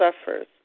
suffers